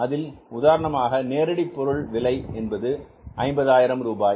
அதில் உதாரணமாக நேரடி பொருள் விலை என்பது 50 ஆயிரம் ரூபாய்